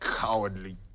cowardly